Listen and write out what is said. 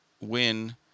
win